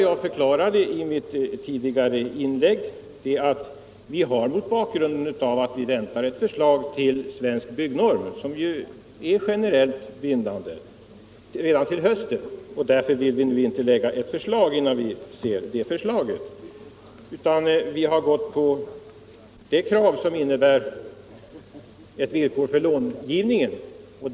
Jag förklarade i mitt tidigare inlägg att mot bakgrund av att vi redan till hösten väntar ett förslag till Svensk byggnorm, som ju är generellt bindande, så vill vi inte nu lägga fram något förslag innan vi får se det förslaget. Vi har i stället gått på det förslag som innebär ett villkor för långivningen.